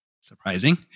Surprising